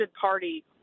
party